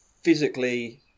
physically